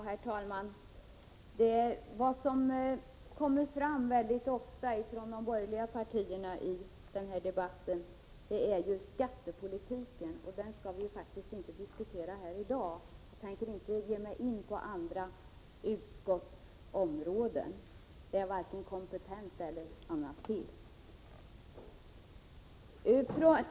Herr talman! Vad som mycket ofta tas upp av de borgerliga representanterna i denna debatt är skattepolitiken, och den skall vi faktiskt inte diskutera här i dag. Jag tänker inte ge mig in på andra utskotts områden; det är jag inte kompetent att göra.